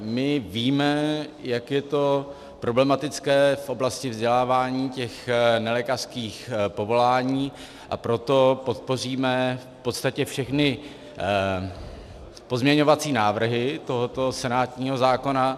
My víme, jak je to problematické v oblasti vzdělávání těch nelékařských povolání, a proto podpoříme v podstatě všechny pozměňovací návrhy tohoto senátního zákona.